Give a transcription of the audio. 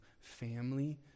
family